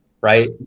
right